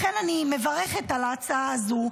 לכן אני מברכת על ההצעה הזו,